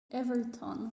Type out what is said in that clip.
everton